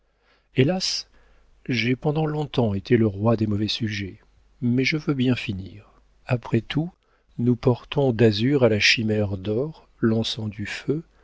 hélas j'ai pendant longtemps été le roi des mauvais sujets mais je veux bien finir après tout nous portons d'azur à la chimère d'or lançant du feu